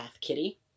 kitty